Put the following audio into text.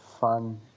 fun